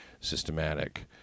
systematic